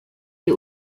est